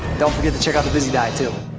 don't forget to check out the bizzy diet too.